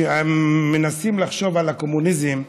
כשמנסים לחשוב על הקומוניזם,